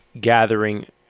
gathering